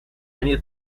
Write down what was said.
они